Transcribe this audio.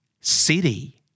City